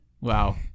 Wow